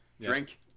Drink